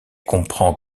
comprend